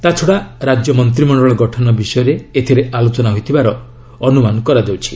ତା'ଛଡ଼ା ରାଜ୍ୟ ମନ୍ତିମଣ୍ଡଳ ଗଠନ ବିଷୟରେ ଏଥିରେ ଆଲୋଚନା ହୋଇଥିବାର ଅନୁମାନ କରାଯାଉଛି